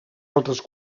altres